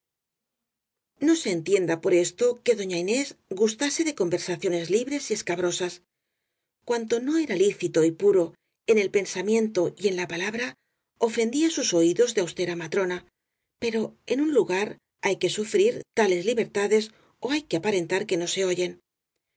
se entienda por esto que doña inés gustase i de conversaciones libres y escabrosas cuanto no era lícito y puro en el pensamiento y en la pala bra ofendía sus oídos de austera matrona pero en un lugar hay que sufrir tales libertades ó hay que aparentar que no se oyen